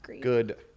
Good